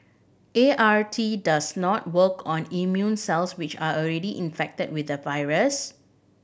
A R T does not work on immune cells which are already infected with the virus